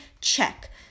check